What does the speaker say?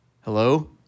Hello